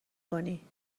کنی